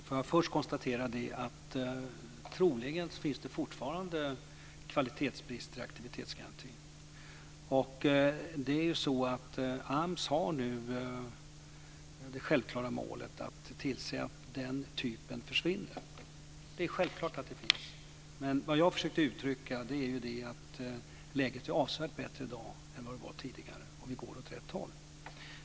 Herr talman! Får jag först konstatera att det troligen fortfarande finns kvalitetsbrister i aktivitetsgarantin. AMS har nu det självklara målet att tillse att de försvinner. Det är självklart att de finns, men jag försökte uttrycka att läget är avsevärt bättre i dag än det var tidigare, och det går åt rätt håll.